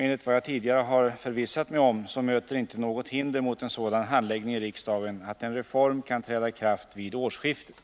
Enligt vad jag tidigare har förvissat mig om möter det inte något hinder att frågan handläggs så i riksdagen, att en reform kan träda i kraft vid årsskiftet.